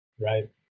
right